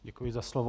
Děkuji za slovo.